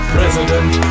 President